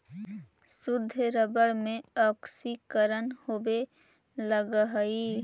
शुद्ध रबर में ऑक्सीकरण होवे लगऽ हई